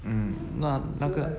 mm 那那个